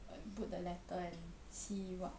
put the letter and see what